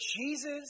Jesus